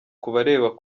kubareba